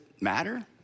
matter